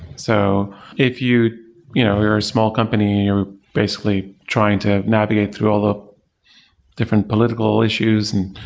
so if you know you're a small company, you're basically trying to navigate through all the different political issues and